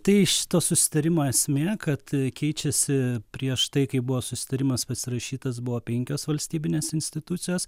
tai šito susitarimo esmė kad keičiasi prieš tai kai buvo susitarimas pasirašytas buvo penkios valstybinės institucijos